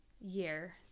year